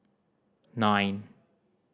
nine